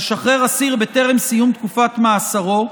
לשחרר אסיר בטרם סיום תקופת מאסרו,